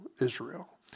Israel